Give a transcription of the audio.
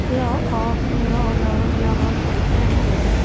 کیا آپ میرا الارم لگا سکتے ہیں